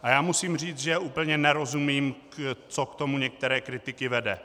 A já musím říct, že úplně nerozumím, co k tomu některé kritiky vede.